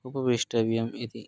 उपवेष्टव्यम् इति